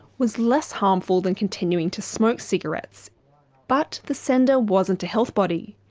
was less harmful than continuing to smoke cigarettes but the sender wasn't a health body.